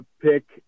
pick